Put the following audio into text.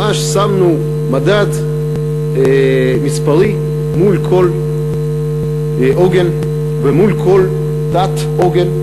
ממש שמנו מדד מספרי מול כל עוגן ומול כל תת-עוגן.